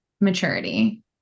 maturity